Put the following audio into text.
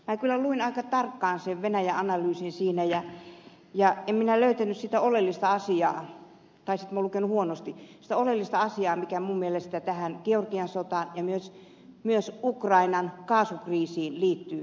minä kyllä luin aika tarkkaan sen venäjä analyysin enkä minä löytänyt sitä oleellista asiaa tai sitten minä olen lukenut huonosti mikä minun mielestäni tähän georgian sotaan ja myös ukrainan kaasukriisiin liittyy